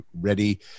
ready